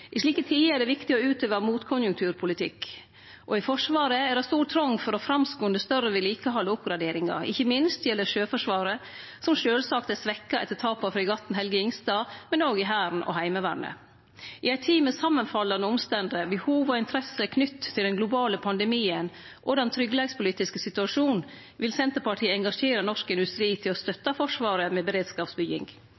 I slike tider er det viktig å utøve motkonjunkturpolitikk. I Forsvaret er det stor trong til å framskunde større vedlikehald og oppgraderingar. Ikkje minst gjeld det Sjøforsvaret, som sjølvsagt er svekt etter tapet av fregatten «Helge Ingstad», men òg i Hæren og Heimevernet. I ei tid med samanfallande omstende, behov og interesser knytte til den globale pandemien og den tryggleikspolitiske situasjonen vil Senterpartiet engasjere norsk industri til å